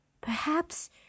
Perhaps